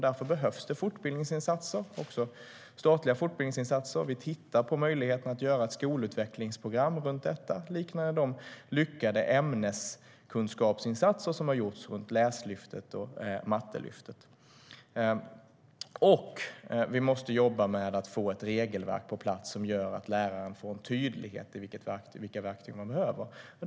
Därför behövs också statliga fortbildningsinsatser. Vi tittar på möjligheten att skapa ett skolutvecklingsprogram liknande de lyckade ämneskunskapsinsatser som har gjorts i Läslyftet och Mattelyftet. Vi måste även jobba med att få ett regelverk på plats som gör att läraren får en tydlighet i vilka verktyg man behöver.